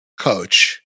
coach